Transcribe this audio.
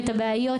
את הבעיות,